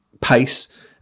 pace